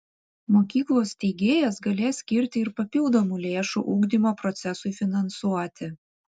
mokyklos steigėjas galės skirti ir papildomų lėšų ugdymo procesui finansuoti